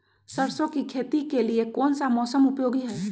सरसो की खेती के लिए कौन सा मौसम उपयोगी है?